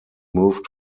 moved